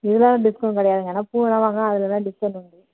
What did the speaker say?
இதெலாம் டிஸ்கவுண்ட் கிடையாதுங்க வேணா பூலாம் வாங்கினா அதில் தான் டிஸ்கவுண்ட் உண்டு